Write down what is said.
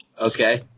Okay